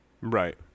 Right